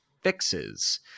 fixes